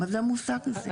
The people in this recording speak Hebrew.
מה זה המושג הזה?